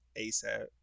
ASAP